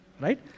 Right